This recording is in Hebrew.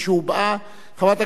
חברת הכנסת זהבה גלאון,